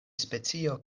specio